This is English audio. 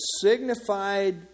signified